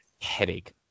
Headache